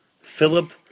Philip